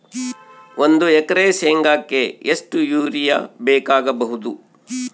ಒಂದು ಎಕರೆ ಶೆಂಗಕ್ಕೆ ಎಷ್ಟು ಯೂರಿಯಾ ಬೇಕಾಗಬಹುದು?